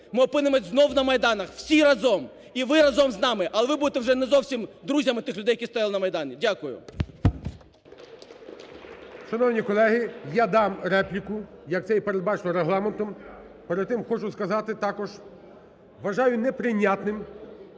ми опинимося знову на майданах всі разом і ви разом з нами, але ви будете вже не зовсім друзями тих людей, які стояли на Майдані. Дякую. ГОЛОВУЮЧИЙ. Шановні колеги, я дам репліку, як це і передбачено Регламентом. Перед тим хочу сказати також, вважаю неприйнятним